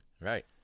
Right